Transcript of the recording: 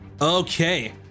Okay